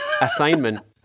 assignment